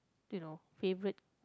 you know favourite